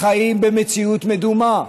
חיים במציאות מדומה,